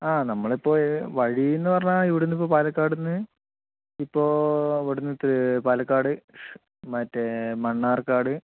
ആ നമ്മളിപ്പോൾ വഴിയെന്ന് പറഞ്ഞാൽ ഇവിടെ നിന്നിപ്പോൾ പാലക്കാട് നിന്ന് ഇപ്പോൾ ഇവിടെ നിന്ന് പാലക്കാട് മറ്റേ മണ്ണാർക്കാട്